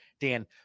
Dan